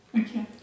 Okay